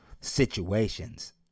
situations